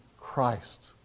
Christ